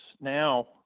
now